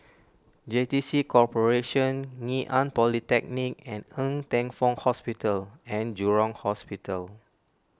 J T C Corporation Ngee Ann Polytechnic and Ng Teng Fong Hospital and Jurong Hospital